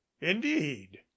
indeed